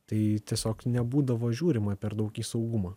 tai tiesiog nebūdavo žiūrima per daug į saugumą